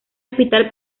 hospital